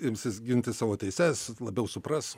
imsis ginti savo teises labiau supras